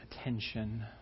attention